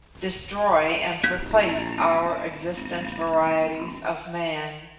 destroy and replace our existent varieties of man.